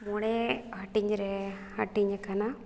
ᱢᱚᱬᱮ ᱦᱟᱹᱴᱤᱧᱨᱮ ᱦᱟᱹᱴᱤᱧ ᱟᱠᱟᱱᱟ